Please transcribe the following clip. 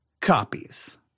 copies